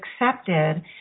accepted